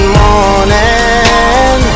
morning